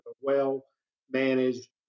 well-managed